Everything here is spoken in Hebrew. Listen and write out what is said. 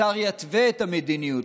השר יתווה את המדיניות.